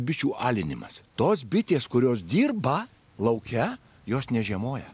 bičių alinimas tos bitės kurios dirba lauke jos nežiemoja